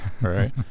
right